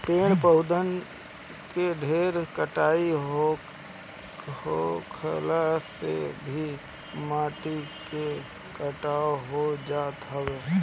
पेड़ पौधन के ढेर कटाई होखला से भी माटी के कटाव हो जात हवे